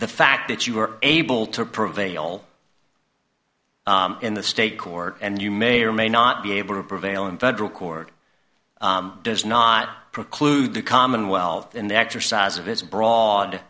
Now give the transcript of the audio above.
the fact that you were able to prevail in the state court and you may or may not be able to prevail in federal court does not preclude the commonwealth in the exercise of its broad